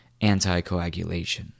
anticoagulation